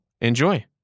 enjoy